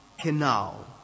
Canal